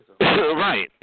right